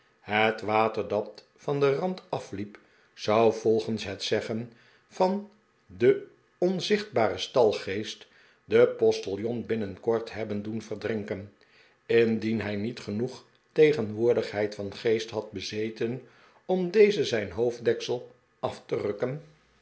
het water dat van den rand afliep zou volgens het zeggen van den onzichtbaren stalgeest den postiljon binnenkort hebben doen verdrinken indien hij niet genoeg tegenwoordigheid van geest had bezeten om dezen zijn hoofddeksel af te